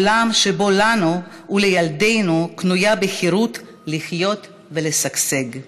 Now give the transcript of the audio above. עולם שבו לנו ולילדינו קנויה החירות לחיות ולשגשג.